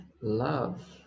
love